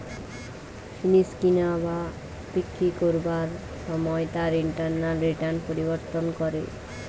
জিনিস কিনা বা বিক্রি করবার সময় তার ইন্টারনাল রিটার্ন পরিবর্তন করে